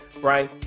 Brian